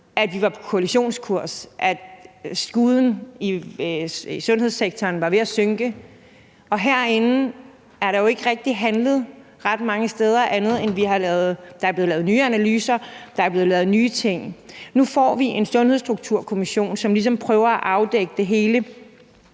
at vi var på kollisionskurs, at skuden i sundhedssektoren var ved at synke, og herinde er der jo ikke handlet ret mange steder, andet end at der er blevet lavet nye analyser og der er blevet lavet nye ting. Nu får vi en Sundhedsstrukturkommission, som ligesom prøver at afdække det hele.